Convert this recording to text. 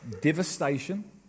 devastation